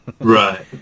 Right